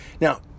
Now